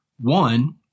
One